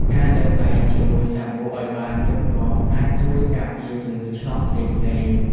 ការលាងដៃជាមួយសាប៊ូឱ្យបានញឹកញាប់អាចជួយការពារជំងឺឆ្លងផ្សេងៗ។